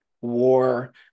war